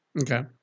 Okay